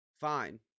fine